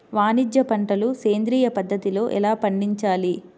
వాణిజ్య పంటలు సేంద్రియ పద్ధతిలో ఎలా పండించాలి?